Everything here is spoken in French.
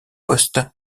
poste